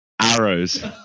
arrows